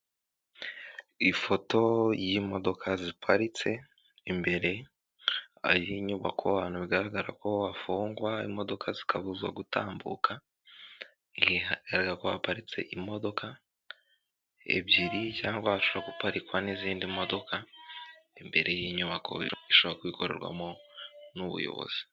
Ifoto y'imodoka ziparitse, imbere hariho inyubako ahantu bigaragara ko hafungwa, imodoka zikabuzwa gutambuka. Eee! Hagaragara ko haparitse imodoka ebyiri cyangwa hashoboka guparikwa n'izindi modoka, imbere y'inyubako ishobora kuba ikorerwamo n'ubuyobozi.